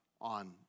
on